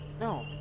No